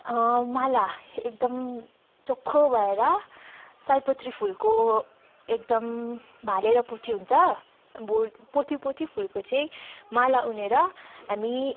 माला एकदम चोखो भएर सयपत्री फुलको एकदम भाले र पोथी हुन्छ पोथी पोथी फुलको चाहिँ माला उनेर हामी